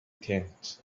tent